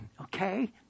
okay